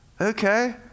Okay